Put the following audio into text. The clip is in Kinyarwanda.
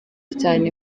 cyane